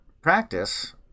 practice